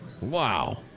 Wow